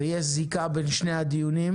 יש זיקה בין שני הדיונים.